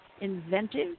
inventive